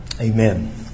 Amen